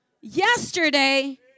yesterday